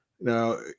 Now